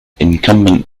incumbent